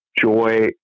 joy